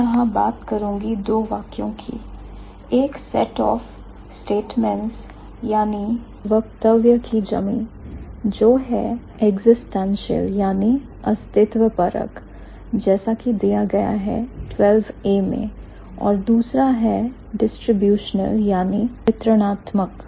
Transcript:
मैं यहां बात करूंगी दो वाक्यों की एक सेट ऑफ स्टेटमेंट्स वक्तव्य की जमी जो है अस्तित्वपरक जैसा कि दिया गया है 12 A में और दूसरा है distributional वितरणत्मक